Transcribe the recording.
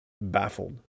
baffled